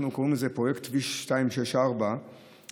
אנחנו קוראים לזה פרויקט כביש 264 שבקטע